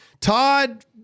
Todd